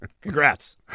Congrats